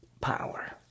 power